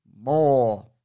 more